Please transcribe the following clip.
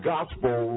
Gospel